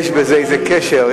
יש בזה איזה קשר.